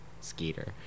Skeeter